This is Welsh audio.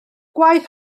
gwaith